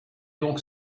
donc